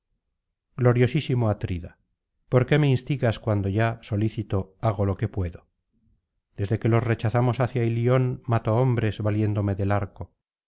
gloriosísimo atrida por qué me instigas cuando ya solícito hago lo que puedo desde que los rechazamos hacia ilion mato hombres valiéndome del arco